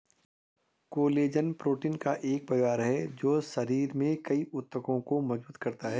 collagen protein का एक परिवार है जो शरीर में कई ऊतकों को मजबूत करता है